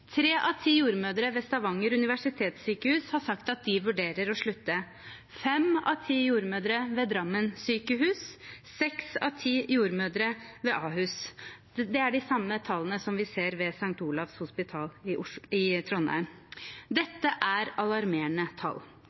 Tre av ti jordmødre ved Stavanger universitetssjukehus har sagt at de vurderer å slutte, fem av ti jordmødre ved Drammen sykehus, seks av ti jordmødre ved Ahus – det er de samme tallene som vi ser ved St. Olavs hospital i Trondheim. Dette er alarmerende tall.